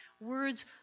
Words